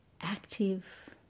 active